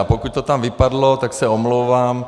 A pokud to tam vypadlo, tak se omlouvám.